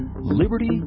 liberty